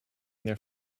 their